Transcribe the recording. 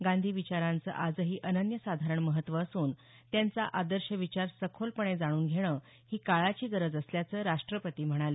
गांधी विचारांचं आजही अनन्य साधारण महत्त्व असून त्यांचा आदर्श विचार सखोलपणे जाणून घेणं ही काळाची गरज असल्याचं राष्ट्रपती म्हणाले